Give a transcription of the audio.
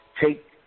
take